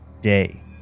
day